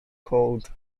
called